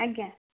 ଆଜ୍ଞା